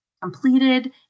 completed